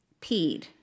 peed